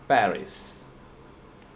Paris